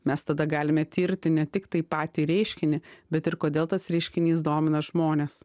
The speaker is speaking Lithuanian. mes tada galime tirti ne tiktai patį reiškinį bet ir kodėl tas reiškinys domina žmones